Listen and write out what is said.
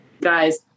guys